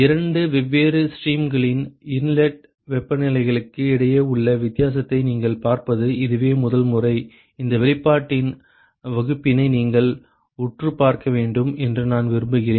இரண்டு வெவ்வேறு ஸ்ட்ரீம்களின் இன்லெட் வெப்பநிலைகளுக்கு இடையே உள்ள வித்தியாசத்தை நீங்கள் பார்ப்பது இதுவே முதல் முறை இந்த வெளிப்பாட்டின் வகுப்பினை நீங்கள் உற்றுப் பார்க்க வேண்டும் என்று நான் விரும்புகிறேன்